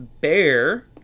Bear